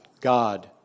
God